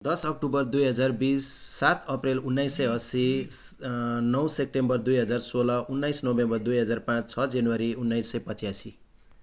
दस अक्टोबर दुई हजार बिस सात एप्रिल उन्नाइस सय असी नौ सेप्टेम्बर दुई हजार सोह्र उन्नाइस नोभेम्बर दुई हजार पाँच छ जनवरी उन्नाइस सय पचासी